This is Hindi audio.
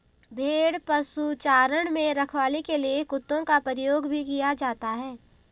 भेड़ पशुचारण में रखवाली के लिए कुत्तों का प्रयोग भी किया जाता है